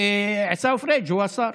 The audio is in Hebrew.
עיסאווי פריג' הוא השר,